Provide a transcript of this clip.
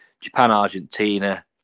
Japan-Argentina